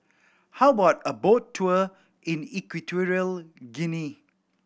how about a boat tour in Equatorial Guinea